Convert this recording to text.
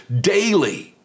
daily